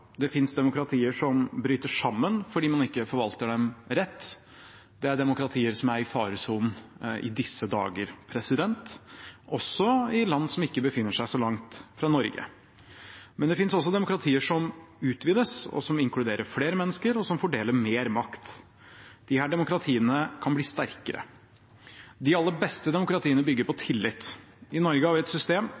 Det finnes demokratier som bryter sammen fordi man ikke forvalter dem rett. Det er demokratier som er i faresonen i disse dager, også i land som ikke befinner seg så langt fra Norge. Men det finnes også demokratier som utvides, som inkluderer flere mennesker, og som fordeler mer makt. Disse demokratiene kan bli sterkere. De aller beste demokratiene bygger på tillit. I Norge har vi et system